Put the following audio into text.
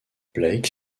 blake